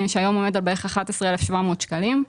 שהיום עומד על בערך 11,700 שקלים.